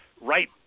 right